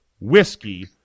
whiskey